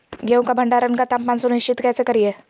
गेहूं का भंडारण का तापमान सुनिश्चित कैसे करिये?